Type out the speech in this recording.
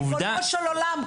ריבונו של עולם,